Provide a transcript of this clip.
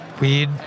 Weed